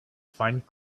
find